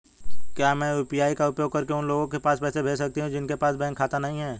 क्या मैं यू.पी.आई का उपयोग करके उन लोगों के पास पैसे भेज सकती हूँ जिनके पास बैंक खाता नहीं है?